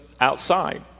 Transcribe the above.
outside